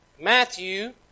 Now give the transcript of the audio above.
Matthew